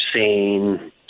seen